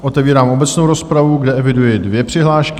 Otevírám obecnou rozpravu, kde eviduji dvě přihlášky.